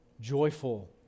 joyful